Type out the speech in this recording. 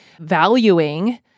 valuing